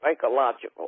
psychological